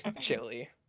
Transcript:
chili